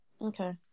Okay